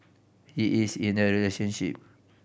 he is in a relationship